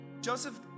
Joseph